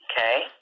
Okay